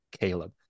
Caleb